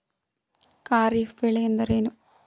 ಖಾರಿಫ್ ಬೆಳೆ ಎಂದರೇನು?